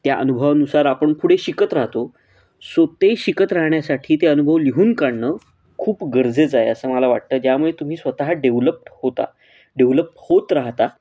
त्या अनुभवानुसार आपण पुढे शिकत राहतो सो ते शिकत राहण्यासाठी ते अनुभव लिहून काढणं खूप गरजेचं आहे असं मला वाटतं ज्यामुळे तुम्ही स्वतः डेवलपड होता डेव्हलप होत राहता